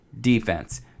defense